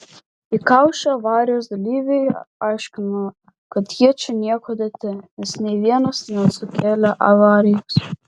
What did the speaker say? įkaušę avarijos dalyviai aiškino kad jie čia niekuo dėti nes nei vienas nesukėlė avarijos